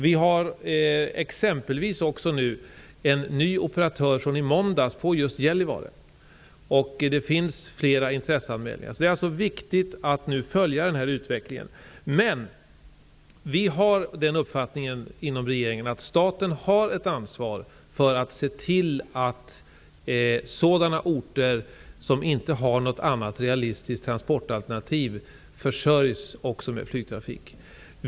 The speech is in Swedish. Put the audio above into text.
Vi har exempelvis också en ny operatör sedan i måndags på just Gällivare, och det finns flera intresseanmälningar. Det är viktigt att nu följa den här utvecklingen. Men vi har den uppfattningen inom regeringen att staten har ett ansvar att se till att sådana orter som inte har något annat realistiskt transportalternativ försörjs med flygtrafik.